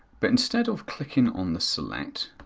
but instead of clicking on the select,